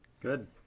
Good